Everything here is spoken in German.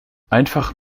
einfach